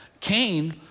Cain